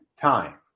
time